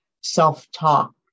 self-talk